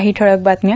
काही ठळक बातम्या